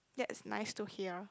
that's nice to hear